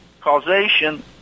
causation